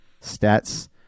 Stats